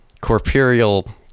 corporeal